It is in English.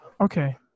Okay